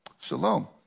Shalom